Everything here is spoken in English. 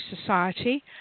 Society